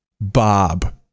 Bob